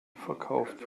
verkauft